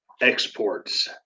exports